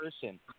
person